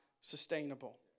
sustainable